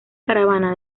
caravana